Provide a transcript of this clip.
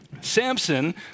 Samson